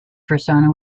persona